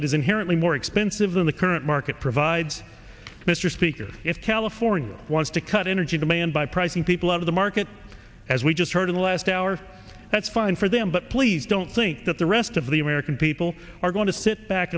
that is inherently more expensive than the current market provides mr speaker if california wants to cut energy demand by pricing people out of the market as we just heard in the last hour that's fine for them but please don't think that the rest of the american people are going to sit back